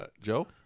Joe